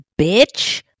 bitch